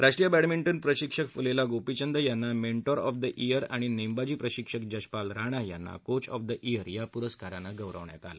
राष्ट्रीय बॅडमिंटन प्रशिक्षक पुलेला गोपिचंद यांना मेंटॉर ऑफ द इयर आणि नेमबाजी प्रशिक्षक जशपाल राणा यांना कोच ऑफ द इयर या पुरस्कारानं गौरवण्यात आलं